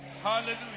Hallelujah